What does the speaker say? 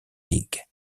league